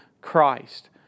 Christ